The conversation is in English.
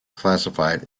classified